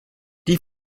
die